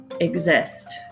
exist